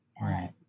Right